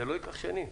זה לא ייקח שנים.